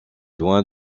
loin